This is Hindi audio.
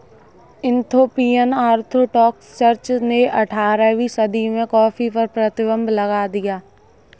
इथोपियन ऑर्थोडॉक्स चर्च ने अठारहवीं सदी में कॉफ़ी पर प्रतिबन्ध लगा दिया